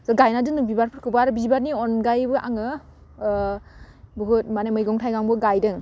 जों गायना दोनदों बिबारफोरखौबो आरो बिबारनि अनगायैबो आङो ओह बुहुत माने मैगं थाइगंबो गायदों